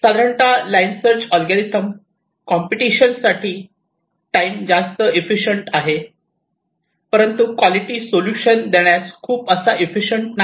साधारणतः line search algorithm computation time साठी जास्त इंफेशीयंट आहे परंतु क्वालिटी सोल्युशन देण्यास खूप असा इंफेशीयंट नाही